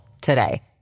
today